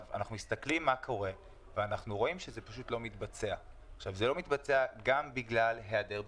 אנחנו מסכלים מה קורה ואנחנו רואים שזה לא מתבצע גם בגלל היעדר ביקושים,